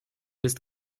bist